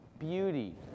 Beauty